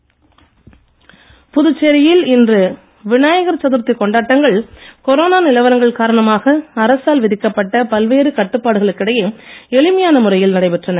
புதுச்சேரி விநாயகர் புதுச்சேரியில் இன்று விநாயகர் சதுர்த்தி கொண்டாட்டங்கள் கொரோனா நிலவரங்கள் காரணமாக அரசால் விதிக்கப்பட்ட பல்வேறு கட்டுப்பாடுகளுக்கு இடையே எளிமையான முறையில் நடைபெற்றன